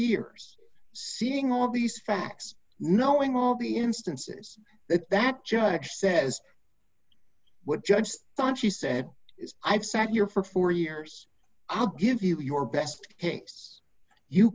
years seeing all these facts knowing all the instances that that judge says what judge thought she said is i've sat here for four years i'll give you your best